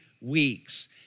weeks